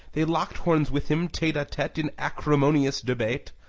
they locked horns with him, tete-a-tete in acrimonious debate,